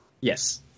Yes